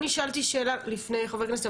אני שאלתי שאלה לפני חבר הכנסת,